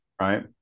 right